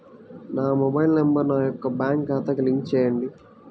నా mobile number నా యొక్క బ్యాంక్ ఖాతాకి లింక్ చేయండీ?